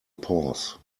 pause